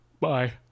Bye